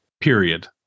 Period